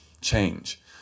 change